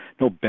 no